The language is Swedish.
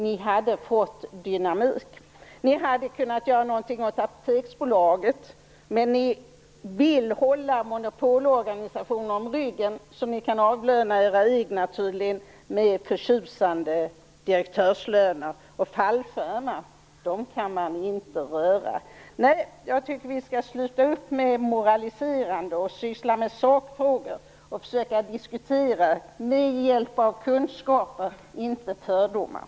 Ni hade fått dynamik. Ni hade kunnat göra någonting åt Apoteksbolaget, men ni vill hålla monopolorganisationer om ryggen så att ni kan avlöna era egna med förtjusande direktörslöner. Och fallskärmarna kan man inte röra. Nej, jag tycker att man skall sluta upp med moraliserande och i stället syssla med sakfrågor. Man borde försöka att diskutera med hjälp av kunskaper, inte med fördomar.